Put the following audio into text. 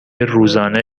روزانه